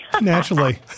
naturally